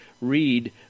read